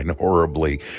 Horribly